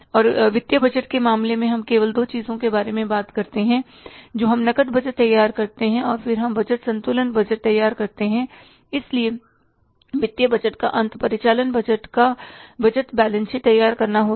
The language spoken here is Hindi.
और वित्तीय बजट के मामले में हम केवल दो चीजों के बारे में बात करते हैं जो हम नकद बजट तैयार करते हैं और फिर हम बजट संतुलन बजट शीट तैयार करते हैं इसलिए वित्तीय बजट का अंत परिचालन बजट का बजट बैलेंस शीट तैयार करना होगा